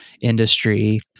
industry